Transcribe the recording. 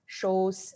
shows